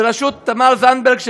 בראשות תמר זנדברג,